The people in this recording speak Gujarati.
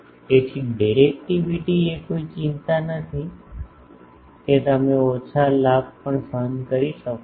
તેથી ડિરેકટીવીટી એ કોઈ ચિંતા નથી કે તમે ઓછા લાભ પણ સહન કરી શકો છો